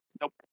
Nope